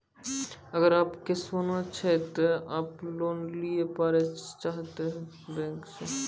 अगर आप के सोना छै ते आप लोन लिए पारे चाहते हैं बैंक से?